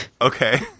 okay